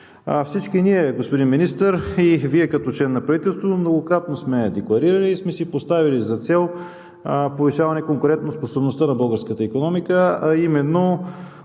Всички ние, господин Министър, и Вие като член на правителството многократно сме декларирали и сме си поставяли за цел повишаване на конкурентоспособността на българската икономика, а